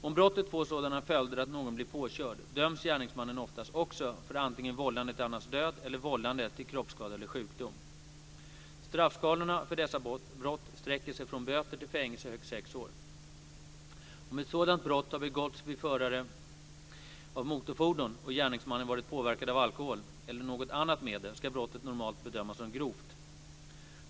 Om brottet får sådana följder att någon blir påkörd döms gärningsmannen oftast också för antingen vållande till annans död eller vållande till kroppsskada eller sjukdom. Straffskalorna för dessa brott sträcker sig från böter till fängelse i högst sex år. Om ett sådant brott har begåtts vid förande av motorfordon och gärningsmannen varit påverkad av alkohol eller något annat medel ska brottet normalt bedömas som grovt.